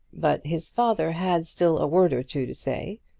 but his father had still a word or two to say.